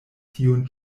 tiun